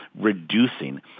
reducing